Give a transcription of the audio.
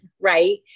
Right